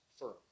firm